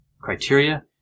criteria